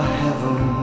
heaven